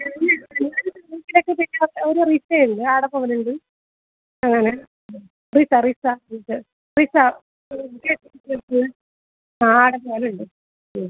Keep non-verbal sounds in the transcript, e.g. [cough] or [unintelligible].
[unintelligible] പിന്നെ ഒരു റിസയുണ്ട് ആട പോവലുണ്ട് അങ്ങനെ റിസ റിസ ഇത് റിസ ആ ആട പോവലുണ്ട് ഉം